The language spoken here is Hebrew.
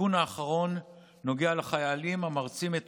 התיקון האחרון נוגע לחיילים המרצים את